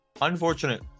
Unfortunate